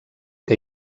que